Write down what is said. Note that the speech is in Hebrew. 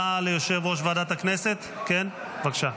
הודעה ליושב-ראש ועדת הכנסת, בבקשה.